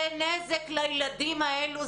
זה נזק לילדים האלה,